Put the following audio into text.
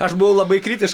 aš buvau labai kritiš